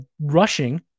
rushing